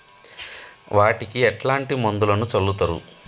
వాటికి ఎట్లాంటి మందులను చల్లుతరు?